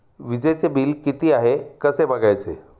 वीजचे बिल किती आहे कसे बघायचे?